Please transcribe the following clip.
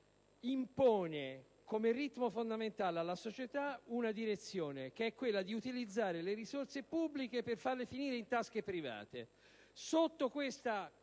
liberista impone, come ritmo fondamentale, alla società una direzione, che è quella di utilizzare le risorse pubbliche per farle finire in tasche private.